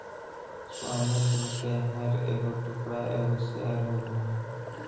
स्वामित्व के हर एगो टुकड़ा एगो शेयर होबो हइ